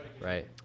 right